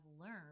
learned